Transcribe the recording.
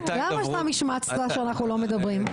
למה סתם השמצת שאנחנו לא מדברים?